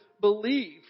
believe